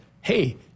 hey